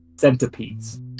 Centipedes